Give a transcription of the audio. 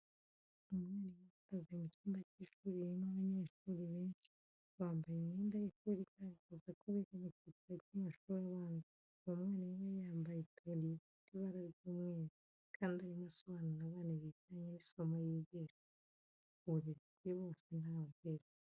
Umwarimu uhagaze mu cyumba cy'ishuri ririmo abanyeshuri benshi, bambaye imyenda y'ishuri igaragaza ko biga mu cyiciro cy'amashuri abanza, uwo mwarimu we yambaye itaburiya ifite ibara ry'umweru, kandi arimo asobanurira abana ibijyanye n'isomo yigisha. Uburezi kuri bose nta we uhejwe.